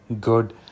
good